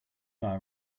bar